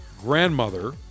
grandmother